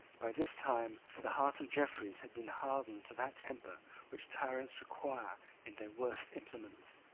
by this time the heart of jeffreys had been hardened to that temper which tyrants require in their worst implements.